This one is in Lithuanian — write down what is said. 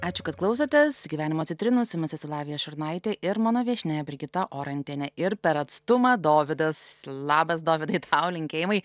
ačiū kad klausotės gyvenimo citrinose su mis esu lavija šurnaitė ir mano viešnia brigita orentienė ir per atstumą dovydas labas dovydai tau linkėjimai